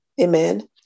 amen